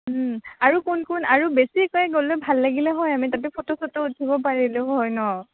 আৰু কোন কোন আৰু বেছিকৈ গ'লে ভাল লাগিলে হয় আমি তাতে ফটো চটো উঠিব পাৰিলোঁ হয় ন